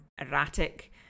erratic